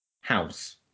House